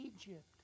Egypt